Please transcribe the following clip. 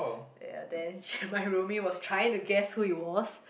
ya then she my roomie was trying to guess who it was